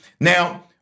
now